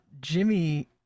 Jimmy